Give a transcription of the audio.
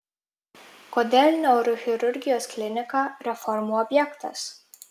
kodėl neurochirurgijos klinika reformų objektas